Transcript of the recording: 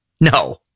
No